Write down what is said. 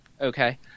Okay